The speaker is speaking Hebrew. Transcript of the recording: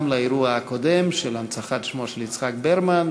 גם לאירוע הקודם של הנצחת שמו של יצחק ברמן,